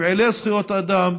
לפעילי זכויות אדם,